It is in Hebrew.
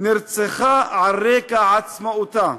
"נרצחה על רקע עצמאותה",